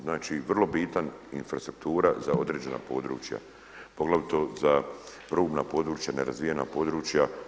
Znači vrlo bitan infrastruktura za određena područja, poglavito za rubna područja, nerazvijena područja.